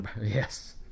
yes